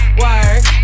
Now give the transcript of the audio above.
work